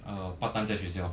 uh part time 在学校